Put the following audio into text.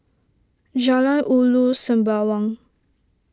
Jalan Ulu Sembawang